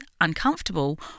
uncomfortable